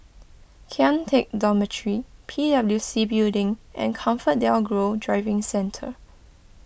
Kian Teck Dormitory P W C Building and Comfort Delgro Driving Centre